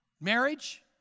marriage